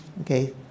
Okay